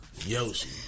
Yoshi